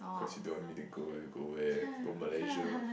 cause you don't want me to go already go where go Malaysia